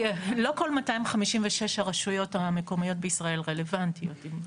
לא כל 256 הרשויות המקומיות בישראל רלוונטיות.